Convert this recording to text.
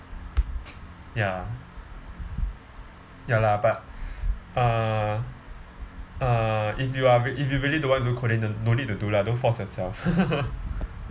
ya ya lah but uh uh if you are rea~ if you really don't want to do coding then don't need to do lah don't force yourself